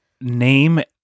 name